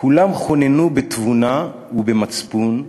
כולם חוננו בתבונה ובמצפון.